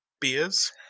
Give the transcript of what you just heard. beers